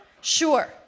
sure